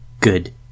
good